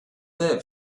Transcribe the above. live